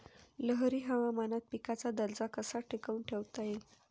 लहरी हवामानात पिकाचा दर्जा कसा टिकवून ठेवता येईल?